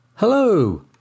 Hello